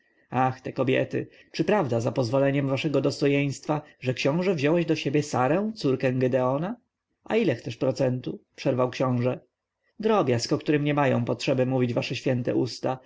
ach te kobiety czy prawda za pozwoleniem waszego dostojeństwa że książę wziąłeś do siebie sarę córkę gedeona a ile chcesz procentu przerwał książę drobiazg o którym nie mają potrzeby mówić wasze święte usta